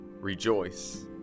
Rejoice